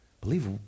Believe